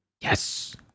Yes